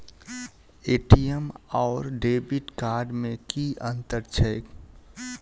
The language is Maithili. ए.टी.एम आओर डेबिट कार्ड मे की अंतर छैक?